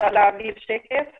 אפשר לראות בשלושת השקפים